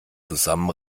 zusammen